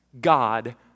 God